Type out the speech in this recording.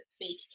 fake